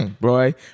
boy